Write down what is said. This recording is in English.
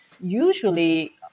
usually